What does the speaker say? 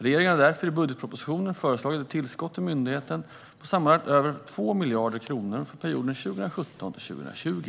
Regeringen har därför i budgetpropositionen föreslagit ett tillskott till myndigheten på sammanlagt drygt 2 miljarder kronor under perioden 2017-2020.